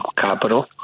capital